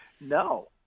No